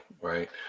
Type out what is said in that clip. right